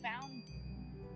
found